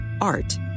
art